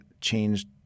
changed